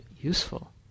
useful